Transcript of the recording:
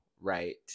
right